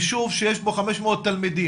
יישוב שיש בו 500 תלמידים,